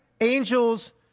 angels